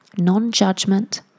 non-judgment